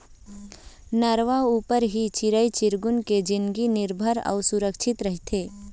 नरूवा ऊपर ही चिरई चिरगुन के जिनगी निरभर अउ सुरक्छित रहिथे